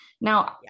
Now